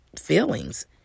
feelings